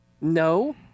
No